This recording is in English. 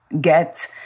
get